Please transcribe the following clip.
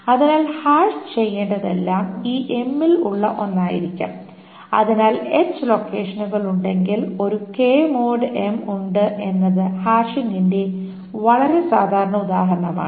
അതിനാൽ ഹാഷ് ചെയ്യേണ്ടതെല്ലാം ഈ m ഇൽ ഉള്ള ഒന്നായിരിക്കും അതിനാൽ h ലൊക്കേഷനുകൾ ഉണ്ടെങ്കിൽ ഒരു k mod m ഉണ്ട് എന്നത് ഹാഷിംഗിന്റെ വളരെ സാധാരണ ഉദാഹരണമാണ്